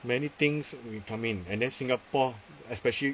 many things will come in and then singapore especially